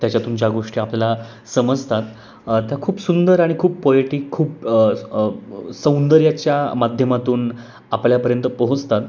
त्याच्यातून ज्या गोष्टी आपल्याला समजतात त्या खूप सुंदर आणि खूप पोयेटीक खूप सौंदर्याच्या माध्यमातून आपल्यापर्यंत पोहोचतात